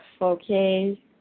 okay